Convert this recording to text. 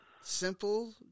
simple